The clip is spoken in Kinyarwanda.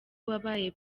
wabaye